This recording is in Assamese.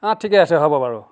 ঠিকে আছে হ'ব বাৰু